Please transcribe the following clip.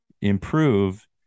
improve